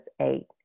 eight